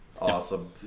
Awesome